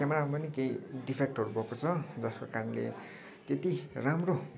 क्यामेरामा पनि केही डिफेक्टहरू भएको छ जसको कारणले त्यति राम्रो